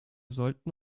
sollten